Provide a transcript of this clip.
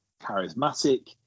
charismatic